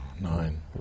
Nine